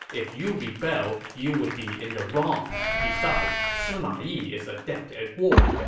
if you rebel, you would be in the wrong. besides, sima yi is adept at war.